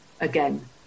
again